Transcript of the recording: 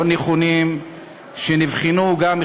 לא נכונים שנבחנו גם,